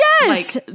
Yes